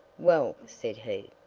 well, said he,